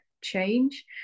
change